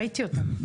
ראיתי אותם.